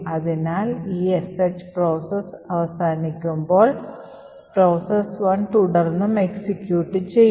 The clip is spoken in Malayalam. അതിനാൽ ഈ sh പ്രോസസ്സ് അവസാനിപ്പിക്കുമ്പോൾ പ്രോസസ്സ് "1" തുടർന്നും എക്സിക്യൂട്ട് ചെയ്യും